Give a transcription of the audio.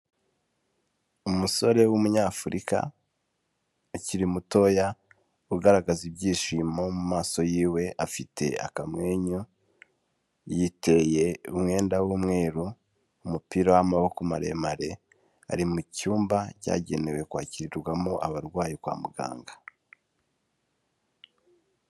Umusore w'umunyafurika akiri mutoya ugaragaza ibyishimo mu maso yiwe, afite akamwenyu, yiteye umwenda w'umweru, umupira w'amaboko maremare ari mu cyumba cyagenewe kwakirwamo abarwayi kwa muganga.